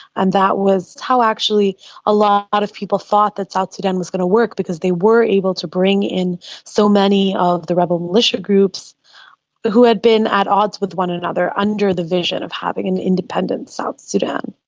and that was how actually a lot of people thought that south sudan was going to work because they were able to bring in so many of the rebel militia groups who had been at odds with one another under the vision of having an independent south sudan.